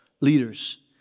leaders